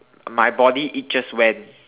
my body itches when